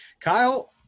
Kyle